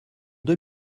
deux